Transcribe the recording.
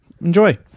enjoy